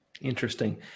Interesting